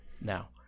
now